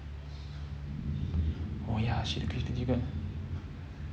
oh ya shit the crispy chicken